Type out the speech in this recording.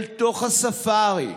אל תוך הספארי.